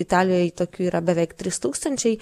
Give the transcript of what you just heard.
italijoj tokių yra beveik trys tūkstančiai